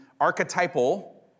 archetypal